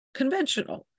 conventional